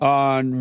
on